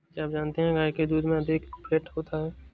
क्या आप जानते है गाय के दूध में अतिरिक्त फैट होता है